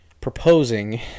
proposing